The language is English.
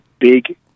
big